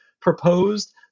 proposed